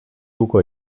uko